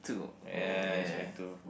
ya it's only two